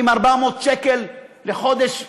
עם 400 שקל לחודש פנסיה,